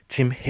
Tim